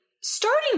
starting